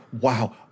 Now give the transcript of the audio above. wow